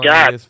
God